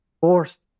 forced